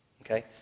Okay